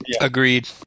Agreed